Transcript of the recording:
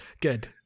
good